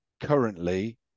currently